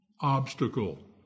obstacle